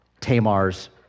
Tamar's